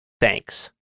Thanks